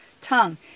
tongue